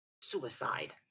Suicide